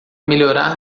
melhorar